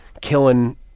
killing